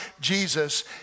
Jesus